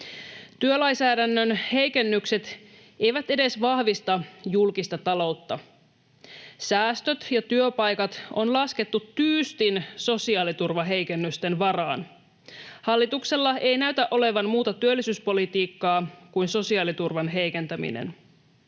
Työlainsäädännön heikennykset eivät edes vahvista julkista taloutta. Säästöt ja työpaikat on laskettu tyystin sosiaaliturvan heikennysten varaan. Hallituksella ei näytä olevan muuta työllisyyspolitiikkaa kuin sosiaaliturvan heikentäminen.